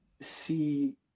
see